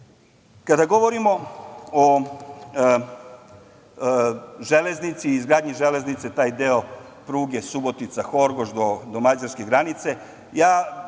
19.Kada govorimo o železnici i izgradnji železnice, taj deo pruge Subotica-Horgoš do mađarske granice, ja